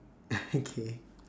okay